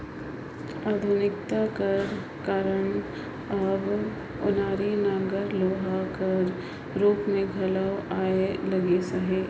आधुनिकता कर कारन अब ओनारी नांगर लोहा कर रूप मे घलो आए लगिस अहे